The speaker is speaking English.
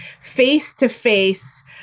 face-to-face